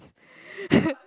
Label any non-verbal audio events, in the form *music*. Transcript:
*laughs*